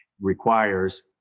requires